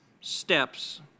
steps